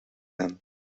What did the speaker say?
man